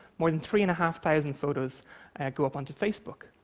more than three and a half thousand photos go up onto facebook.